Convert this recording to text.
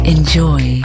Enjoy